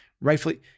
rightfully